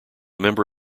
member